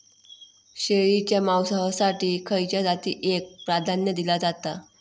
शेळीच्या मांसाएसाठी खयच्या जातीएक प्राधान्य दिला जाता?